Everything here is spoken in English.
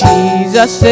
Jesus